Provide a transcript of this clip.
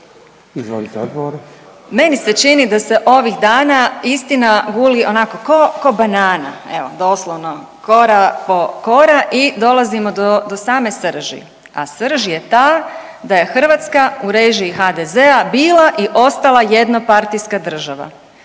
prezimenom)** Meni se čini da se ovih dana istina guli onako ko' banana evo doslovno, kora po kora i dolazimo do same srži, a srž je ta da je Hrvatska u režiji HDZ-a bila i ostala jedna partijska država.